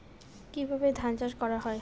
কিভাবে ধান চাষ করা হয়?